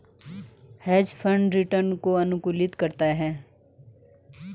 hedge fund return को अनुकूलित करता है